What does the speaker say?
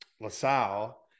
LaSalle